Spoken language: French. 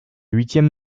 huitième